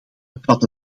bevat